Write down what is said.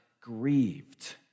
grieved